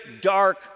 dark